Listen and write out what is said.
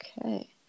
Okay